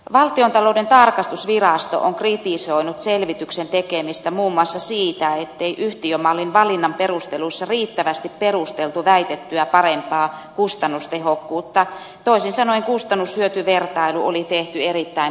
valtiontalouden tarkastusvirasto on kritisoinut selvityksen tekemistä muun muassa siitä ettei yhtiömallin valinnan perusteluissa riittävästi perusteltu väitettyä parempaa kustannustehokkuutta toisin sanoen kustannushyöty vertailu oli tehty erittäin puutteellisesti